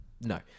no